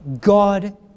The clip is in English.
God